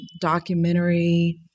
documentary